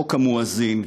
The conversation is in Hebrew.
חוק המואזין,